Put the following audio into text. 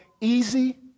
easy